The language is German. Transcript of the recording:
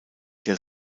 der